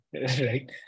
right